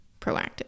proactive